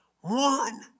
one